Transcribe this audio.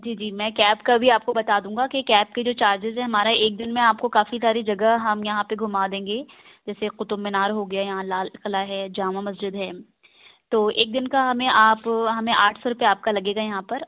جی جی میں کیب کا بھی آپ کو بتا دوں گا کہ کیب کے جو چارجز ہیں ہمارا ایک دِن میں آپ کو کافی ساری جگہ ہم یہاں پہ گُھما دیں گے جیسے قطب مینار ہوگیا یہاں لال قلعہ ہے جامعہ مسجد ہے تو ایک دِن کا ہمیں آپ ہمیں آٹھ سو روپیہ آپ کا لگے گا یہاں پر